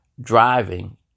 Driving